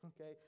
okay